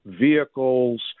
vehicles